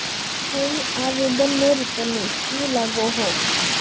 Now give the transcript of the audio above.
कोई आवेदन नेर तने की लागोहो?